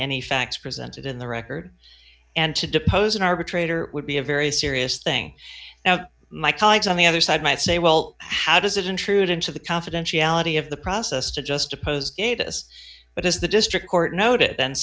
any facts presented in the record and to depose an arbitrator would be a very serious thing now my colleagues on the other side might say well how does it intrude into the confidentiality of the process to just oppose this but as the district court noted and